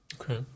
Okay